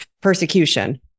persecution